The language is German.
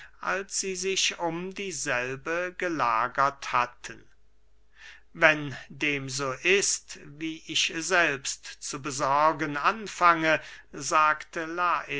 als sie sich um dieselbe gelagert hatten wenn dem so ist wie ich selbst zu besorgen anfange sagte